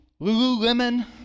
Lululemon